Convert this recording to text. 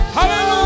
Hallelujah